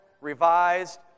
revised